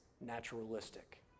naturalistic